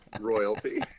royalty